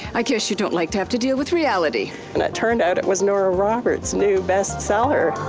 i guess you don't like to have to deal with reality. and it turned out it was nora roberts new bestseller.